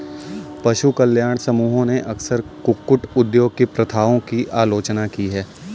पशु कल्याण समूहों ने अक्सर कुक्कुट उद्योग की प्रथाओं की आलोचना की है